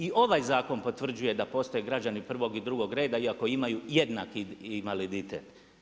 I ovaj zakon potvrđuje da postoje građani prvog i drugog reda, iako imaju jednaki invaliditet.